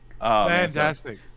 fantastic